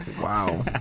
Wow